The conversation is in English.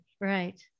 Right